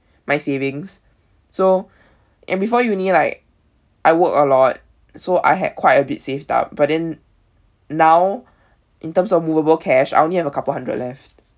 my savings so and before uni like I work a lot so I had quite a bit saved up but then now in terms of movable cash I only have a couple hundred left